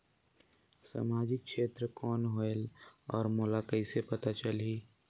समाजिक क्षेत्र कौन होएल? और मोला कइसे पता चलही?